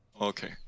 Okay